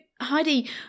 Heidi